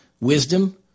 wisdom